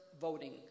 voting